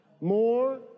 More